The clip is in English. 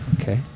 Okay